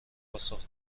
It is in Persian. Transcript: پاسخ